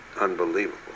unbelievable